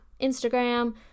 Instagram